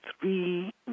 three